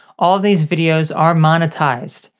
all these videos are monetized!